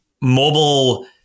mobile